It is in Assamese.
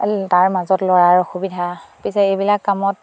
তাৰ মাজত ল'ৰাৰ অসুবিধা পিছে এইবিলাক কামত